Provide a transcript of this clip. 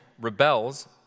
rebels